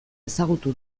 ezagutu